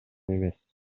эмес